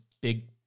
big